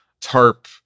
TARP